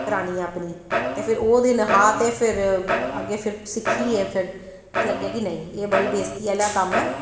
करानी ऐ अपनी ते फिर ओह् दिन हा ते फिर अग्गैं फिर सिक्कियै फिर लग्गेआ कि नेंई एह् बड़ा बेश्ती आह्ला कम्म ऐ